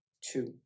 Two